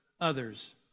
others